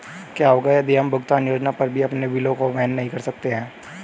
क्या होगा यदि हम भुगतान योजना पर भी अपने बिलों को वहन नहीं कर सकते हैं?